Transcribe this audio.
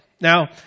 Now